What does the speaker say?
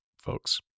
folks